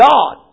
God